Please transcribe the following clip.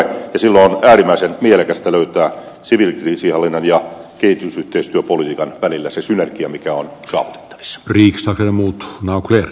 silloin on äärimmäisen mielekästä löytää siviilikriisinhallinnan ja kehitysyhteistyöpolitiikan välillä se synergia mikä on se jos rikosta ja muut saavutettavissa